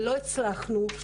ולא הצלחנו,